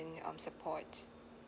um support